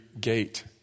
gate